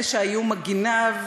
אלה שהיו מגיניו,